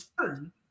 turn